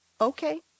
okay